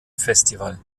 festival